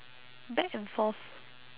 back and forth